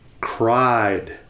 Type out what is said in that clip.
Cried